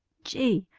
gee!